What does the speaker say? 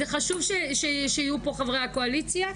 זה חשוב שיהיו פה חברי קואליציה.